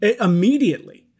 immediately